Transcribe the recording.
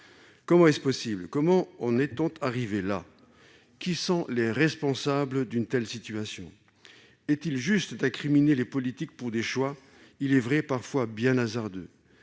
Comment est-ce possible ? Comment en est-on arrivé là ? Qui sont les responsables d'une telle situation ? Est-il juste d'incriminer les politiques pour des choix, il est vrai, parfois bien hasardeux